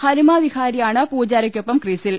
ഹനുമ വിഹാരിയാണ് പൂജാരക്കൊപ്പം ക്രീസിൽ